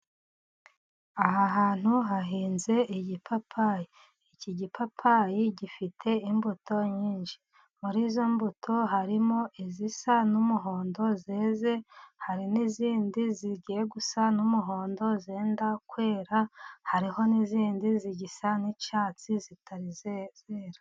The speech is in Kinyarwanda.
Aha hantu hahinze ipapayi, iyi gipapayi ifite imbuto nyinshi, muri izo mbuto harimo izisa n'umuhondo zeze, hari n'izindi zigiye gusa n'umuhondo zenda kwera, hariho n'izindi zigisa nk'icyatsi zitari zera.